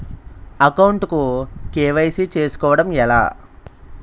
Account కు KYC చేసుకోవడం ఎలా?